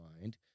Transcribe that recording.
mind